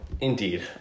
indeed